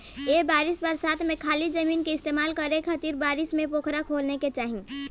ए बरिस बरसात में खाली जमीन के इस्तेमाल करे खातिर पोखरा खोने के चाही